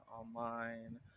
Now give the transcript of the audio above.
Online